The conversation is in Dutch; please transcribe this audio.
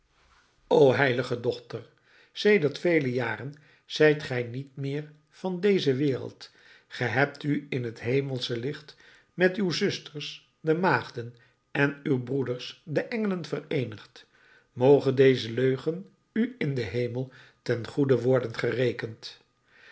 o heilige dochter sedert vele jaren zijt gij niet meer van deze wereld ge hebt u in t hemelsche licht met uw zusters de maagden en uw broeders de engelen vereenigd moge deze leugen u in den hemel ten goede worden gerekend